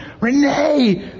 Renee